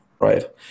right